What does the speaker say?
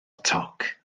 toc